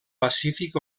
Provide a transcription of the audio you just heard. pacífic